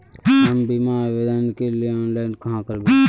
हम बीमा आवेदान के लिए ऑनलाइन कहाँ करबे?